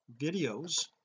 videos